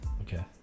Okay